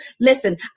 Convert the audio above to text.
Listen